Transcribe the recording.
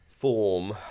form